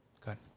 Good